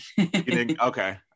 okay